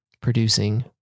producing